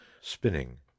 spinning